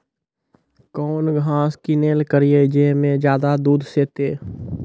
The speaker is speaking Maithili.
कौन घास किनैल करिए ज मे ज्यादा दूध सेते?